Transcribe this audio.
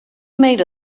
made